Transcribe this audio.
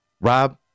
Rob